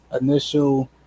initial